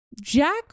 Jack